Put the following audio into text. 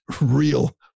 real